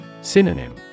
Synonym